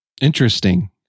Interesting